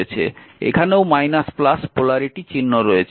এখানেও পোলারিটি চিহ্ন রয়েছে